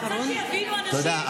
אני רוצה שיבינו אנשים, תודה.